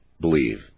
believe